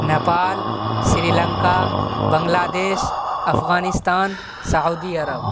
Nepal Sri Lanka Bangladesh Afghanistan Saudi Arab